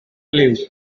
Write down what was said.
liw